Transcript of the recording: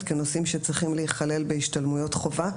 כנושאים שצריכים להיכלל בהשתלמויות חובה כאלה,